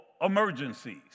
emergencies